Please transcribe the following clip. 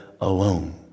alone